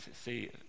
see